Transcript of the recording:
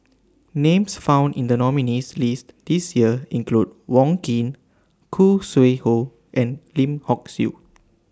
Names found in The nominees' list This Year include Wong Keen Khoo Sui Hoe and Lim Hock Siew